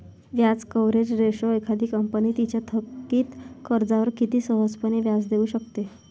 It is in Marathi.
व्याज कव्हरेज रेशो एखादी कंपनी तिच्या थकित कर्जावर किती सहजपणे व्याज देऊ शकते